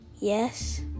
Yes